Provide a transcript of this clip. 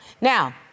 Now